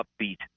upbeat